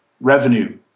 revenue